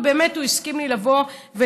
ובאמת הוא הסכים שאבוא לדבר.